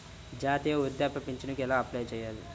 జాతీయ వృద్ధాప్య పింఛనుకి ఎలా అప్లై చేయాలి?